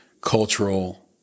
cultural